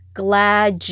glad